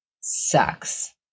sucks